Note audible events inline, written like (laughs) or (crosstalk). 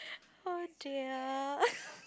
oh dear (laughs)